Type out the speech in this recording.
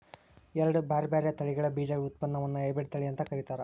ಎರಡ್ ಬ್ಯಾರ್ಬ್ಯಾರೇ ತಳಿಗಳ ಬೇಜಗಳ ಉತ್ಪನ್ನವನ್ನ ಹೈಬ್ರಿಡ್ ತಳಿ ಅಂತ ಕರೇತಾರ